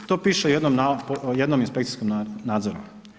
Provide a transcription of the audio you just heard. To piše u jednom inspekcijskom nadzoru.